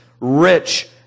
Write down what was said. rich